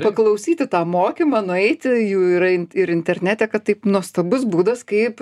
paklausyti tą mokymą nueiti jų yra in ir internete kad taip nuostabus būdas kaip